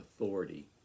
authority